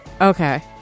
Okay